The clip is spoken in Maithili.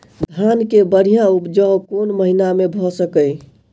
धान केँ बढ़िया उपजाउ कोण महीना मे भऽ सकैय?